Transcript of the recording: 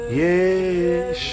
yes